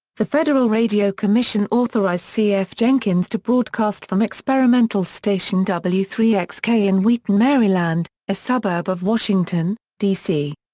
the federal radio commission authorized c. f. jenkins to broadcast from experimental station w three x k in wheaton maryland, a suburb of washington, d c.